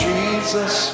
Jesus